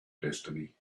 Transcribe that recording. destiny